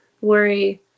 worry